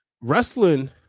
Wrestling